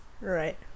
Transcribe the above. Right